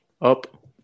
up